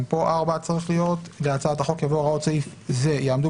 גם פה צריך להיות 1(4) להצעת החוק יבוא: "הוראות סעיף זה יעמדו